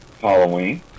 halloween